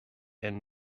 and